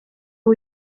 ubu